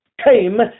came